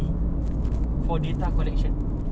nak dapat budak-budak muda vote